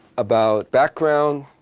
about background,